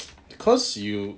because you